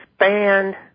expand